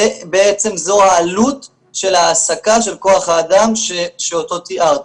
בעצם זו העלות של העסקה של כוח האדם שאותו תיארתי.